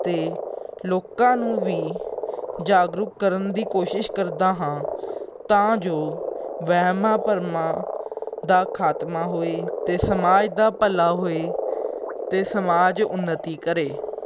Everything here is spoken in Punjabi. ਅਤੇ ਲੋਕਾਂ ਨੂੰ ਵੀ ਜਾਗਰੂਕ ਕਰਨ ਦੀ ਕੋਸ਼ਿਸ਼ ਕਰਦਾ ਹਾਂ ਤਾਂ ਜੋ ਵਹਿਮਾਂ ਭਰਮਾਂ ਦਾ ਖਾਤਮਾ ਹੋਏ ਅਤੇ ਸਮਾਜ ਦਾ ਭਲਾ ਹੋਏ ਅਤੇ ਸਮਾਜ ਉੱਨਤੀ ਕਰੇ